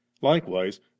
Likewise